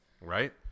right